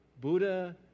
Buddha